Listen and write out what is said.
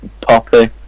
Poppy